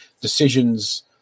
decisions